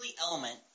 element